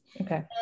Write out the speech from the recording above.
Okay